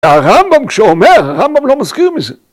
הרמב"ם כשהוא אומר, הרמב"ם לא מזכיר מזה.